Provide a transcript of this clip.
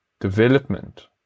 development